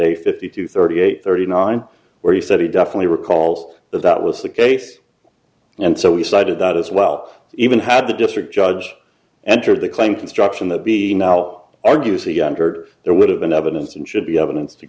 a fifty two thirty eight thirty nine where he said he definitely recalls that that was the case and so we decided that as well even had the district judge entered the claim construction that the now argues a yonder there would have been evidence and should be evidence to